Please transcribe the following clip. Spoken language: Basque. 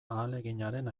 ahaleginaren